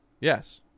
Yes